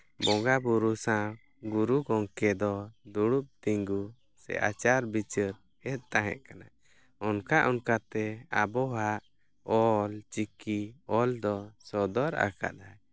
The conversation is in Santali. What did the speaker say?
ᱵᱚᱸᱜᱟᱼᱵᱳᱨᱳ ᱥᱟᱶ ᱜᱩᱨᱩ ᱜᱚᱢᱠᱮ ᱫᱚ ᱫᱩᱲᱩᱵ ᱛᱤᱸᱜᱩ ᱥᱮ ᱟᱪᱟᱨᱼᱵᱤᱪᱟᱹᱨ ᱮᱫ ᱛᱟᱦᱮᱸ ᱠᱟᱱᱟ ᱚᱱᱠᱟ ᱚᱱᱠᱟ ᱛᱮ ᱟᱵᱚᱣᱟᱜ ᱚᱞ ᱪᱤᱠᱤ ᱚᱞ ᱫᱚ ᱥᱚᱫᱚᱨ ᱟᱠᱟᱫᱟᱭ